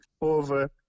over